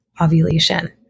ovulation